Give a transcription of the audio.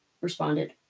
responded